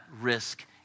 risk